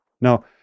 Now